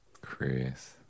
Chris